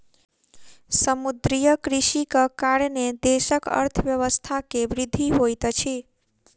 समुद्रीय कृषिक कारणेँ देशक अर्थव्यवस्था के वृद्धि होइत अछि